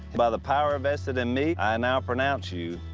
by the power vested in me, i now pronounce you,